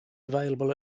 available